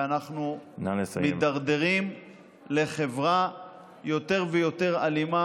ואנחנו מידרדרים לחברה יותר ויותר אלימה